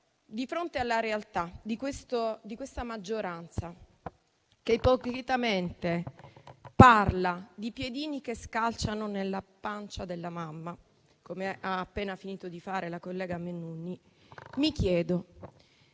di fronte alla realtà di questa maggioranza, che ipocritamente parla di piedini che scalciano nella pancia della mamma, come ha appena finito di fare la collega Mennuni, mi chiedo: